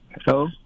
Hello